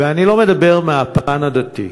ואני לא מדבר מהפן הדתי,